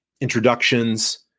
introductions